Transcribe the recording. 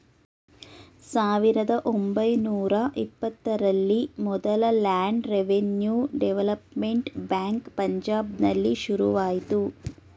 ಸಾವಿರದ ಒಂಬೈನೂರ ಇಪ್ಪತ್ತರಲ್ಲಿ ಮೊದಲ ಲ್ಯಾಂಡ್ ರೆವಿನ್ಯೂ ಡೆವಲಪ್ಮೆಂಟ್ ಬ್ಯಾಂಕ್ ಪಂಜಾಬ್ನಲ್ಲಿ ಶುರುವಾಯ್ತು